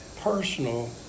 personal